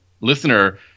listener